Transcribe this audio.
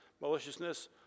maliciousness